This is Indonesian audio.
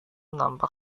nampak